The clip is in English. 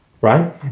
right